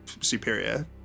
superior